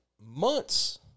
months